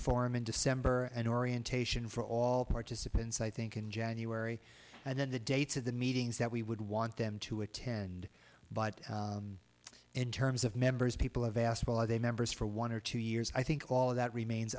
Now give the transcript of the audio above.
forum in december an orientation for all participants i think in january and then the dates of the meetings that we would want them to attend but in terms of members people have asked for their members for one or two years i think all of that remains